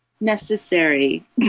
necessary